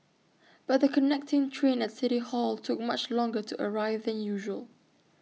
but the connecting train at city hall took much longer to arrive than usual